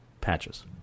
Patches